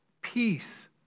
Peace